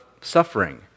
suffering